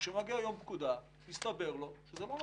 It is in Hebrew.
וכשמגיע יום פקודה מסתבר לו שזה לא נכון.